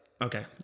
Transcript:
okay